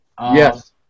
yes